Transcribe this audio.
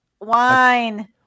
Wine